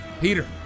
Peter